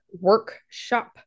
workshop